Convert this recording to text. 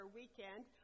weekend